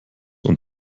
und